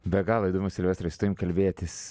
be galo įdomu silvestrai su tavim kalbėtis